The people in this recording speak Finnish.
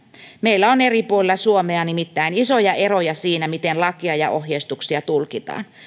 meillä on eri puolilla suomea nimittäin isoja eroja siinä miten lakia ja ohjeistuksia tulkitaan